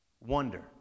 wonder